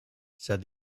said